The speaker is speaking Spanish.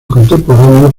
contemporáneos